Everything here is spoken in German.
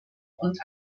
und